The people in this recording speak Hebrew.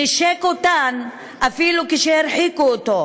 נישק אותן אפילו כשהרחיקו אותו,